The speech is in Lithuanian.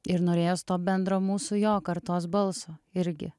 ir norėjos to bendro mūsų jo kartos balso irgi